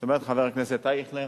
זאת אומרת, חבר הכנסת אייכלר,